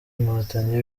inkotanyi